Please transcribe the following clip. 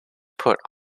put